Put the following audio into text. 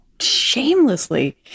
shamelessly